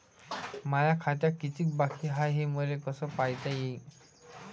माया खात्यात कितीक बाकी हाय, हे मले कस पायता येईन?